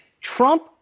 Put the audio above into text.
Trump